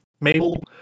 Mabel